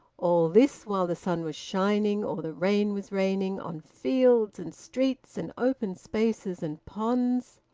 all this, while the sun was shining, or the rain was raining, on fields and streets and open spaces and ponds!